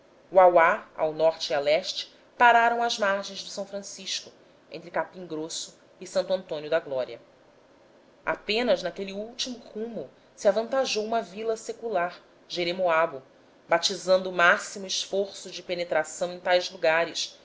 uauá ao norte e a leste pararam às margens do s francisco entre capim grosso e santo antônio da glória apenas naquele último rumo se avantajou uma vila secular jeremoabo balizando o máximo esforço de penetração em tais lugares